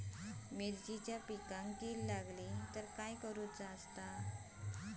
मिरचीच्या पिकांक कीड लागली तर काय करुक होया?